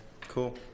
cool